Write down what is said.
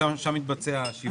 ששם מתבצע השיווק?